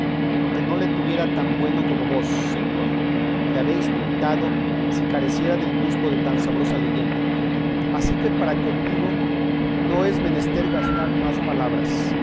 porque no le tuviera tan bueno como vos señor le habéis pintado si careciera del gusto de tan sabrosa leyenda así que para conmigo no es menester gastar más palabras